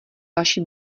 vaší